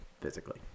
physically